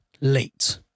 late